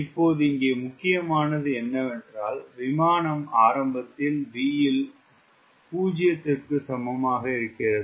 இப்போது இங்கே முக்கியமானது என்னவென்றால் விமானம் ஆரம்பத்தில் V இல் 0 க்கு சமமாக இருக்கிறது